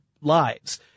lives